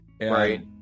right